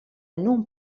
non